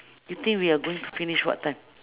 you think we are going to finish what time